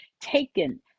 taken